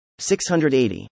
680